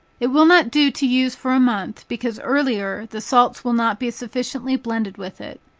it will not do to use for a month, because earlier, the salts will not be sufficiently blended with it.